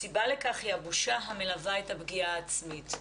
הסיבה לכך היא הבושה המלווה את הפגיעה העצמית.